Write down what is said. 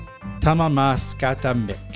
Tamamaskatamik